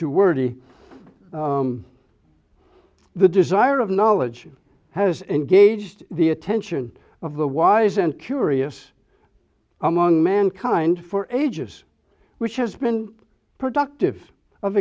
too wordy the desire of knowledge has engaged the attention of the wise and curious among mankind for ages which has been productive of